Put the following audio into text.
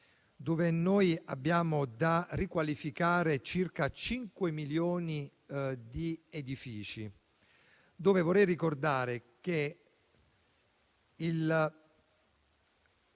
dove noi abbiamo da riqualificare circa cinque milioni di edifici. Vorrei ricordare che di